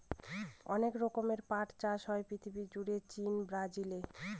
অনেক রকমের পাট চাষ হয় পৃথিবী জুড়ে চীন, ব্রাজিলে